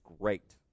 great